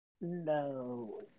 no